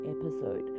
episode